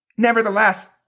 Nevertheless